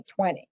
2020